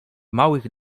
małych